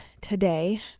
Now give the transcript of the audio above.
today